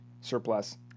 Surplus